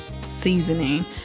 seasoning